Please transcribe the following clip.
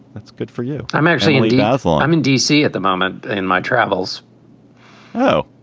that's good for you. i'm actually. yes, well, i'm in d c. at the moment in my travels oh,